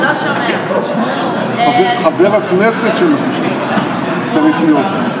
הדובר הבא, חברת הכנסת רופא אופיר, בבקשה.